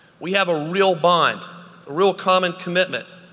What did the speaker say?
we have a real bond, a real common commitment.